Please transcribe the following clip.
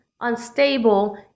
unstable